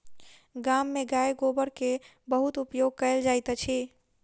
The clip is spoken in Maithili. गाम में गाय गोबर के बहुत उपयोग कयल जाइत अछि